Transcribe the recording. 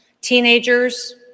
teenagers